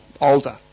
older